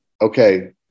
okay